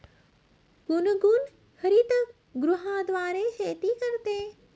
गुनगुन हरितगृहाद्वारे शेती करते